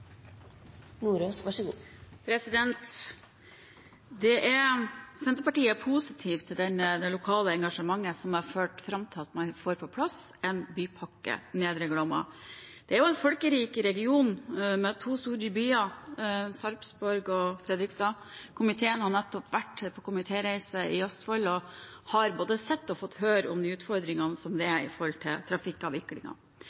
positiv til det lokale engasjementet som har ført fram til at man får på plass Bypakke Nedre Glomma. Dette er en folkerik region med to store byer, Sarpsborg og Fredrikstad. Komiteen har nettopp vært på reise i Østfold og har både sett og fått høre om de utfordringene som er der med tanke på trafikkavviklingen. Det